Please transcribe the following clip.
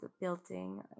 building